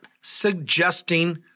suggesting